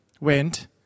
went